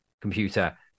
computer